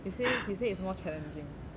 you say he say it's more challenging